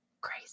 crazy